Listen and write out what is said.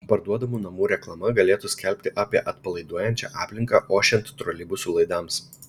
parduodamų namų reklama galėtų skelbti apie atpalaiduojančią aplinką ošiant troleibusų laidams